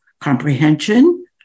comprehension